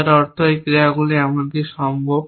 যার অর্থ এই ক্রিয়াগুলি এমনকি সম্ভব